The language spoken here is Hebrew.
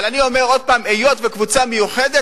אבל אני אומר עוד פעם: היות שהקבוצה מיוחדת,